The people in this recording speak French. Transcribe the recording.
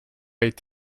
est